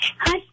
Hi